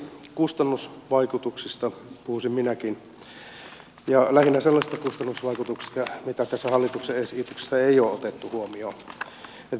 kustannusvaikutuksista puhuisin minäkin ja lähinnä sellaisesta kustannusvaikutuksesta mitä tässä hallituksen esityksessä ei ole otettu huomioon